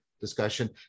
discussion